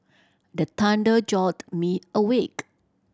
the thunder jolt me awake